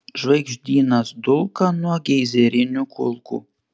žvaigždynas dulka nuo geizerinių kulkų